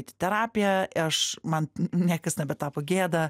pati terapija aš man niekas nebetapo gėda